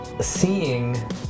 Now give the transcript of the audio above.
seeing